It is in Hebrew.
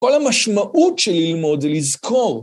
כל המשמעות שלי ללמוד זה לזכור.